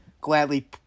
gladly